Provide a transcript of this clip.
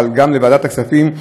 אבל גם לוועדת הכספים,